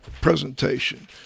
presentation